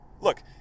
Look